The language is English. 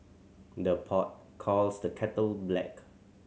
the pot calls the kettle black